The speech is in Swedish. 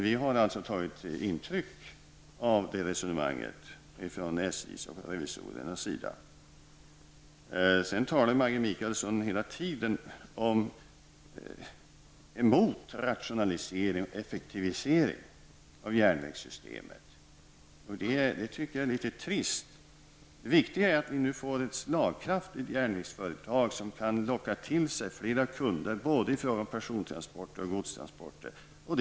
Vi har således tagit intryck av SJs och revisorernas synpunkter. Maggi Mikaelsson talar hela tiden emot rationalisering och effektivisering av järnvägssytemet, och det tycker jag är trist. Det viktiga är att vi nu får ett slagkraftigt järnvägsföretag som kan locka till sig flera kunder både på person och transportsidan.